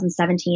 2017